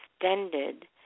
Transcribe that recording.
extended